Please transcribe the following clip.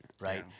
right